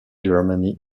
germany